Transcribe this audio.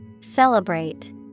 Celebrate